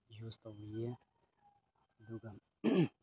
use ꯇꯧꯔꯤꯌꯦ ꯑꯗꯨꯒ